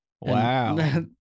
Wow